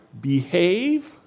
behave